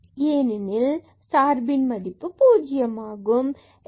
fyx→0f0y f00y0 ஏனெனில் சார்பின் மதிப்பு is 0